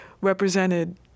represented